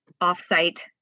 off-site